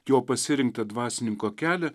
jo pasirinktą dvasininko kelią